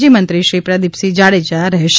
જી મંત્રી શ્રી પ્રદિપસિંહ જાડેજા રહેશે